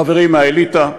חברים מהאליטה.